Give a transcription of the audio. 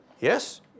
yes